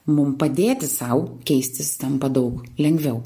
mum padėti sau keistis tampa daug lengviau